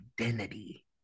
identity